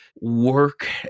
work